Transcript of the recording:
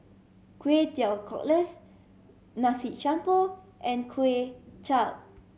Kway Teow Cockles Nasi Campur and Kway Chap